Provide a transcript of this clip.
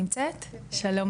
שלום,